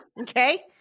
okay